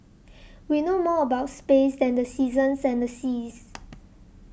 we know more about space than the seasons and the seas